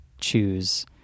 choose